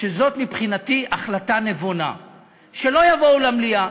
שזו מבחינתי החלטה נבונה שלא יבואו למליאה.